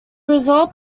result